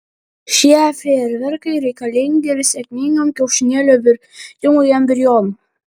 šie fejerverkai reikalingi ir sėkmingam kiaušinėlio virtimui embrionu